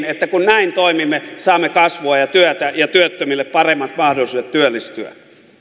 että kun näin toimimme saamme kasvua ja työtä ja työttömille paremmat mahdollisuudet työllistyä